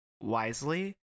wisely